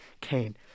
Kane